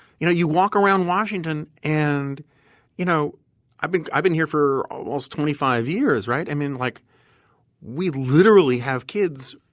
you know you walk around washington and you know i've been i've been here for almost twenty five years, right? i mean like we literally have kids,